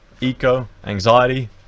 eco-anxiety